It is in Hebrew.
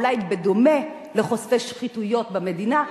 אולי בדומה לחושפי שחיתות במדינה,